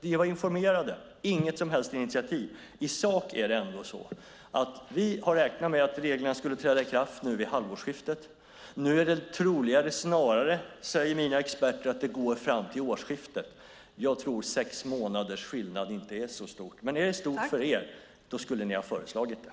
Ni var informerade. Det var inget som helst initiativ. I sak har vi räknat med att reglerna skulle träda i kraft vid halvårsskiftet. Nu är det troligare, säger mina experter, att det går fram till årsskiftet. Jag tror sex månaders skillnad inte är så stort. Om det är stort för er, skulle ni ha föreslagit det.